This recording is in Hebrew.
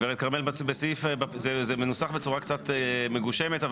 גברת כרמל בסעיף זה מנוסח בצורה קצת מגושמת,